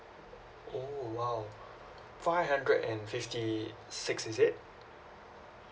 oh !wow! five hundred and fifty six is it